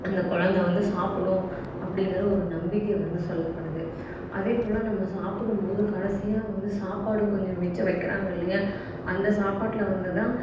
அந்த குழந்த வந்து சாப்பிடும் அப்படிங்கிற ஒரு நம்பிக்கை வந்து சொல்லப்படுது அதேபோல் நம்ம சாப்பிடும்போது கடைசியா வந்து சாப்பாடு கொஞ்சம் மிச்சம் வைக்கிறாங்க இல்லையா அந்த சாப்பாட்டில் வந்துதான்